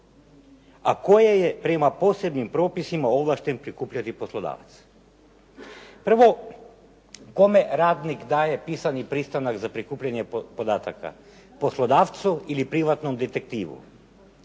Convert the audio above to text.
a koje je prema posljednjim propisima ovlašten prikupljati poslodavac. Prvo, kome radnik daje pisani pristanak za prikupljanje podataka, poslodavcu ili privatnom detektivu?